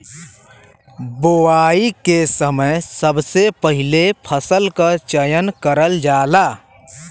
बोवाई के समय सबसे पहिले फसल क चयन करल जाला